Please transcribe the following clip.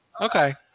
Okay